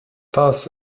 thus